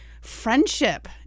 friendship